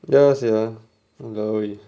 ya sia !walao! eh